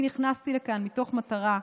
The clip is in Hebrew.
אני נכנסתי לכאן מתוך מטרה,